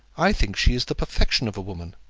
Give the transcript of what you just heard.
i think she is the perfection of a woman.